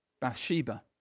Bathsheba